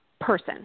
person